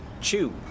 Chew